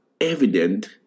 evident